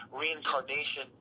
reincarnation